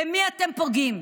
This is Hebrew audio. במי אתם פוגעים?